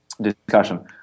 discussion